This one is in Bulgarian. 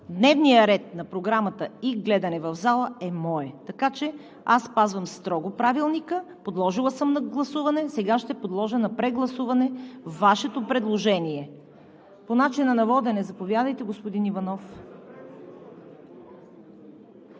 дневния ред на Програмата и гледане в залата е мое. Така че аз спазвам строго Правилника, подложила съм на гласуване, сега ще подложа на прегласуване Вашето предложение. По начина на водене, заповядайте господин Иванов.